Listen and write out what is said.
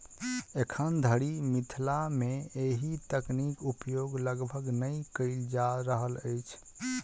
एखन धरि मिथिला मे एहि तकनीक उपयोग लगभग नै कयल जा रहल अछि